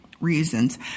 reasons